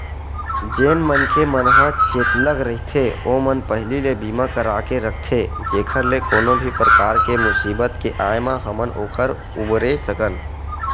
जेन मनखे मन ह चेतलग रहिथे ओमन पहिली ले बीमा करा के रखथे जेखर ले कोनो भी परकार के मुसीबत के आय म हमन ओखर उबरे सकन